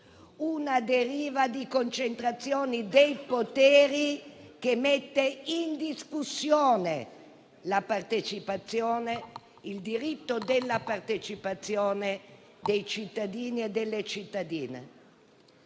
una deriva di concentrazione dei poteri che mette in discussione il diritto della partecipazione dei cittadini e delle cittadine.